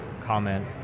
comment